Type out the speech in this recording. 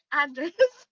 address